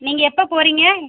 நீங்கள் எப்போ போகிறிங்க